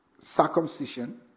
circumcision